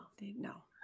No